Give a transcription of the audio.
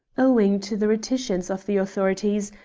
owing to the reticence of the authorities,